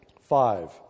five-